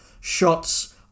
shots